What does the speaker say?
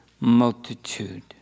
multitude